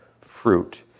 fruit